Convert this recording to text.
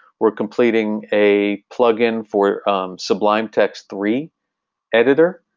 we're completing a plugin for sublime text three editor.